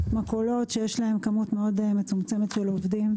מכולות שיש להם כמות מאוד מצומצמת של עובדים,